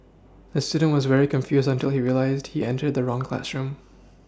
the student was very confused until he realised he entered the wrong classroom